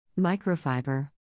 Microfiber